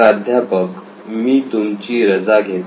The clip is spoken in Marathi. प्राध्यापक मी तुमची रजा घेतो